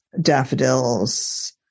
daffodils